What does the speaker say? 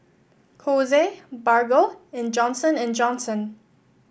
Kose Bargo and Johnson And Johnson